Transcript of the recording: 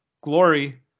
glory